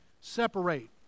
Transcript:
separate